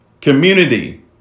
community